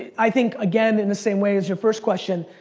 i think, again in the same way as your first question,